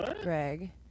Greg